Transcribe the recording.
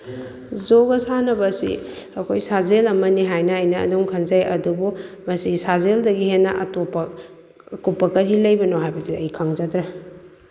ꯖꯣꯒꯥ ꯁꯥꯟꯅꯕ ꯑꯁꯤ ꯑꯩꯈꯣꯏ ꯁꯥꯖꯦꯜ ꯑꯃꯅꯤ ꯍꯥꯏꯅ ꯑꯩꯅ ꯑꯗꯨꯝ ꯈꯟꯖꯩ ꯑꯗꯨꯕꯨ ꯃꯁꯤ ꯁꯥꯖꯦꯜꯗꯒꯤ ꯍꯦꯟꯅ ꯑꯇꯣꯞꯄ ꯑꯀꯨꯞꯄ ꯀꯔꯤ ꯂꯩꯕꯅꯣ ꯍꯥꯏꯕꯗꯨꯗꯤ ꯑꯩ ꯈꯪꯖꯗ꯭ꯔꯦ